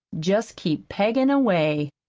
jest keep peggin' away.